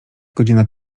godzina